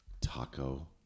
Taco